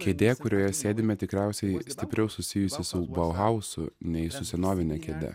kėdė kurioje sėdime tikriausiai stipriau susijusi su bauhausu nei su senovine kėde